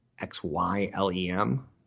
X-Y-L-E-M